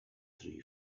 three